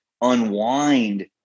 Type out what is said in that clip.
unwind